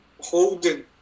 holding